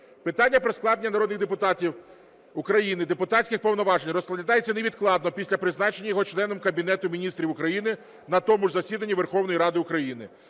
Питання про складення народним депутатом України депутатських повноважень розглядається невідкладно після призначення його членом Кабінету Міністрів України на тому ж засіданні Верховної Ради України.